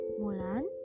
mulan